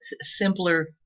simpler